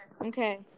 Okay